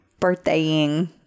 Birthdaying